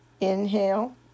Inhale